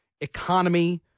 economy